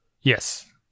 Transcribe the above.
Yes